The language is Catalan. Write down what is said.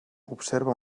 observa